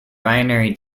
binary